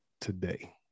today